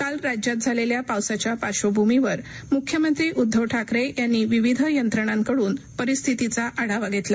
काल राज्यात झालेल्या पावसाच्या पार्श्वभूमीवर मुख्यमंत्री उद्धव ठाकरे यांनी विविध यंत्रणांकडून परिस्थितीचा आढावा घेतला